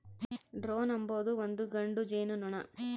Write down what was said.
drone ಅಂಬೊದು ಒಂದು ಗಂಡು ಜೇನುನೊಣ